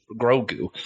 Grogu